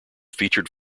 featured